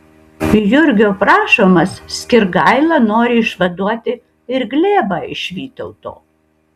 jurgio prašomas skirgaila nori išvaduoti ir glėbą iš vytauto